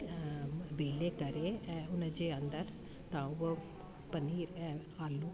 बेले करे ऐं उन जे अंदरि तव्हां हूअ पनीर ऐं आलू